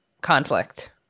conflict